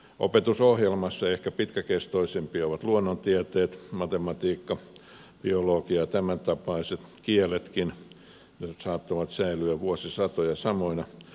opetusohjelmassa ehkä pitkäkestoisimpia ovat luonnontieteet matematiikka biologia ja tämäntapaiset kieletkin ne saattavat säilyä vuosisatoja samoina